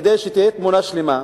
כדי שתהיה תמונה שלמה,